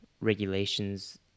regulations